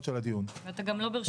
של הדיון --- ואתה גם לא ברשות דיבור.